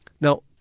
Now